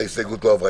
ההסתייגות לא עברה.